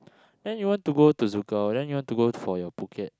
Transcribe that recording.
then you want to go to ZoukOut then you want to go for your Phuket